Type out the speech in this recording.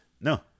No